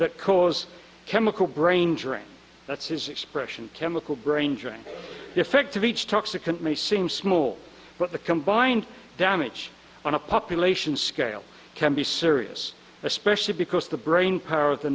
that cause chemical brain drain that's his expression chemical brain drain effect of each toxic and may seem small but the combined damage on a population scale can be serious especially because the brain power